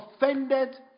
offended